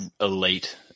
elite